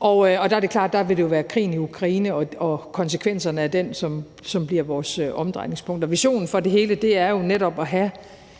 og der er det klart, at det vil være krigen i Ukraine og konsekvenserne af den, som bliver vores omdrejningspunkt. Visionen for det hele er jo netop at have